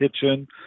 kitchen